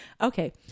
Okay